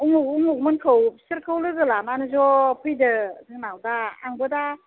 उमुग उमुगमोनखौ बिसोरखौ लोगो लानानै ज' फैदो जोंनाव दा आंबो दा